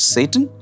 Satan